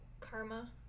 karma